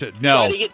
no